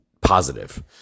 positive